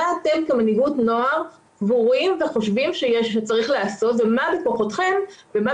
מה אתם כמנהיגות נוער סבורים וחושבים שצריך לעשות ומה בכוחכם